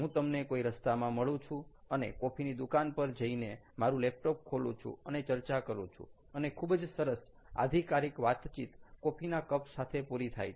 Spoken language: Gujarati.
હું તમને કોઈ રસ્તામાં મળું છું અને કોફીની દુકાન પર જઈને મારું લેપટોપ ખોલું છું અને ચર્ચા કરું છું અને ખુબ જ સરસ આધિકારિક વાતચીત કોફીના કપ સાથે પૂરી થાય છે